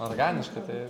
organiška tai